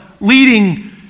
leading